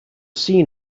seen